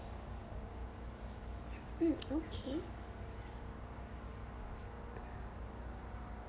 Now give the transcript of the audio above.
mm okay